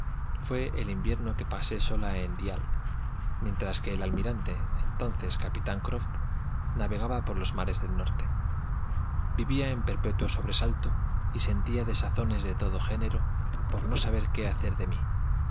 fué el invierno que pasé sola en dial mientras que el almiranteentonces capitán croftnavegaba pollos mares del norte vivía en perpetuo sobresalto y sentía desazones de todo género por no saber qué hacer de mí